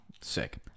sick